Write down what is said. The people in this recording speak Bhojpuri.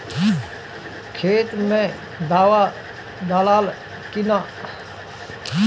खेत मे दावा दालाल कि न?